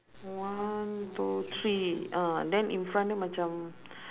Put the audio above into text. one two three uh then in front dia macam